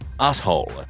Asshole